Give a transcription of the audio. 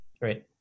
Great